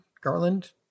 Garland